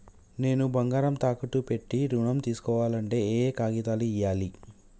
నేను బంగారం తాకట్టు పెట్టి ఋణం తీస్కోవాలంటే ఏయే కాగితాలు ఇయ్యాలి?